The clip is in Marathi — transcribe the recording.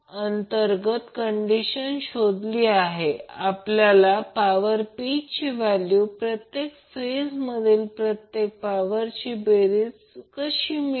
तर या प्रकरणात हे Vbc आहे जर मला Vcb हवे असेल तर फक्त 180° फेज शिफ्ट फक्त इतर मार्गाने करा